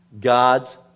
God's